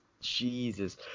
Jesus